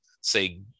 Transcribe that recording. say